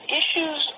issues